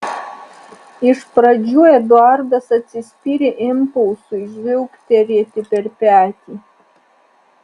iš pradžių eduardas atsispyrė impulsui žvilgterėti per petį